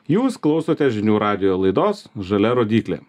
jūs klausotės žinių radijo laidos žalia rodyklė